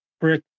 brick